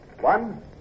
One